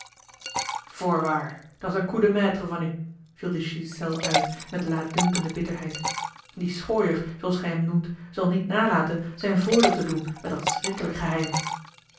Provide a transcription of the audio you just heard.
ontkwam voorwaar dat's een coup de maître van u viel de ghiselles uit met laatdunkende bitterheid die schooier zooals gij hem noemt zal niet nalaten zijn voordeel te doen met dat schrikkelijk geheim